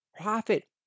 profit